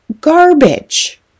garbage